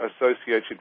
associated